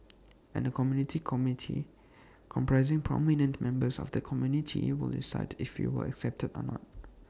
and A community committee comprising prominent members of that community will decide if you were accepted or not